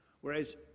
whereas